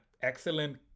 excellent